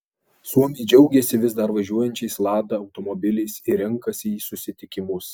suomiai džiaugiasi vis dar važiuojančiais lada automobiliais ir renkasi į susitikimus